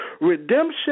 Redemption